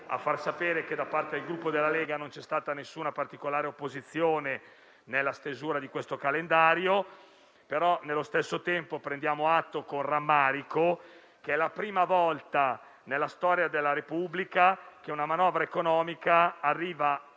a far sapere che da parte del Gruppo Lega non c'è stata alcuna particolare opposizione nella stesura del calendario appena letto. Allo stesso tempo, però, prendiamo atto con rammarico che per la prima volta nella storia della Repubblica una manovra economica arriva